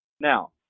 Now